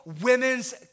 Women's